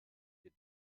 ihr